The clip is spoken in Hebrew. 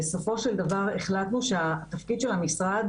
ובסופו של דבר החלטנו שהתפקיד של המשרד